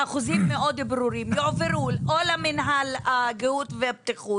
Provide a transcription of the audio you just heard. באחוזים מאוד ברורים יועברו או למינהל הגיהות והבטיחות